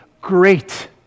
great